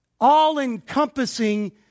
all-encompassing